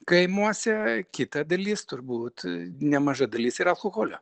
kaimuose kita dalis turbūt nemaža dalis ir alkoholio